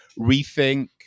rethink